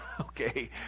Okay